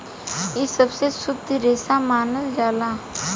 इ सबसे शुद्ध रेसा मानल जाला